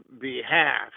behalf